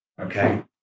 Okay